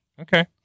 Okay